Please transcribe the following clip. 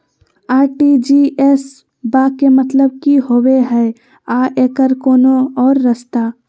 RTGS बा के मतलब कि होबे हय आ एकर कोनो और रस्ता?